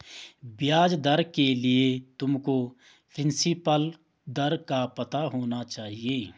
ब्याज दर के लिए तुमको प्रिंसिपल दर का पता होना चाहिए